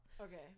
Okay